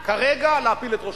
כרגע לא להפיל את ראש